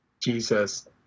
Jesus